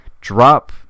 drop